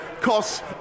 costs